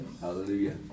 Hallelujah